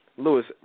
Lewis